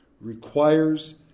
requires